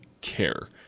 care